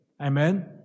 Amen